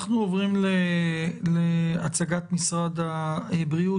אנחנו עוברים להצגת משרד הבריאות,